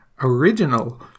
original